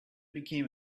became